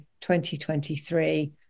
2023